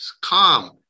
calm